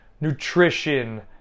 nutrition